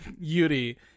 Yuri